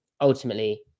ultimately –